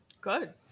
Good